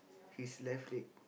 his left leg